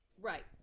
Right